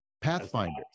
pathfinders